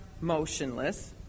motionless